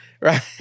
Right